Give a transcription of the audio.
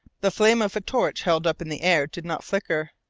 the flame of a torch held up in the air did not flicker.